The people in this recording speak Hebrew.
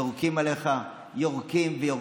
יורקים עליך, יורקים ויורקים.